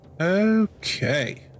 Okay